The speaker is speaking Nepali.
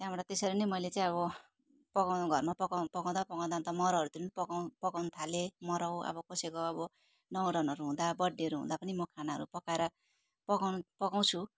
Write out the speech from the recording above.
त्यहाँबाट त्यसरी नै मैले चाहिँ अब पकाउनु घरमा पकाउ पकाउँदा पकाउँदा त मरौहरूतिर पकाउ पकाउनु थालेँ मरौ अब कसैको अब न्वारानहरू हुँदा बर्थडेहरू हुँदा पनि म खानाहरू पकाएर पकाउनु पकाउँछु